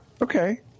Okay